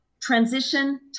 transition